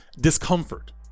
discomfort